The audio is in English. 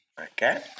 Okay